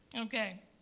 Okay